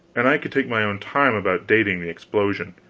and i could take my own time about dating the explosion.